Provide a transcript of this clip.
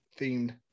themed